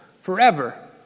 forever